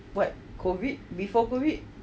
but COVID before COVID